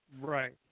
Right